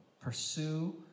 pursue